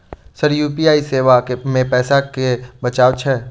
Sir UPI सेवा मे पैसा केँ बचाब छैय?